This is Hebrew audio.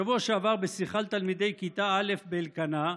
בשבוע שעבר, בשיחה עם תלמידי כיתה א' באלקנה,